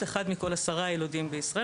אחד מכל עשרה ילודים בישראל,